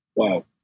Wow